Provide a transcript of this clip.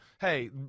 hey